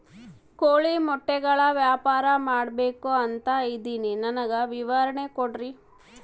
ಕೋಳಿ ಮೊಟ್ಟೆಗಳ ವ್ಯಾಪಾರ ಮಾಡ್ಬೇಕು ಅಂತ ಇದಿನಿ ನನಗೆ ವಿವರ ಕೊಡ್ರಿ?